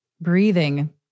breathing